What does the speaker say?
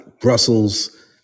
Brussels